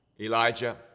Elijah